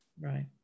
Right